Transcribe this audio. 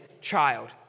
child